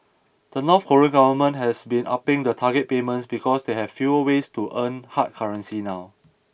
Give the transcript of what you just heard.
the North Korean government has been upping the target payments because they have fewer ways to earn hard currency now